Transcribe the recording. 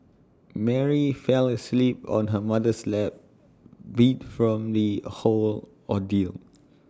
Mary fell asleep on her mother's lap beat from the whole ordeal